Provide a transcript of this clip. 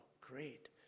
great